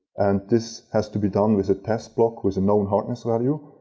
and this has to be done with a test block with a known hardness value.